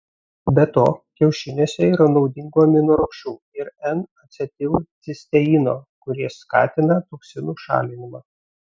be to kiaušiniuose yra naudingų aminorūgščių ir n acetilcisteino kurie skatina toksinų šalinimą